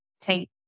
take